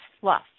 fluff